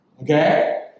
okay